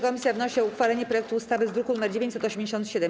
Komisja wnosi o uchwalenie projektu ustawy z druku nr 987.